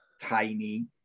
tiny